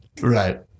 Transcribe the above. Right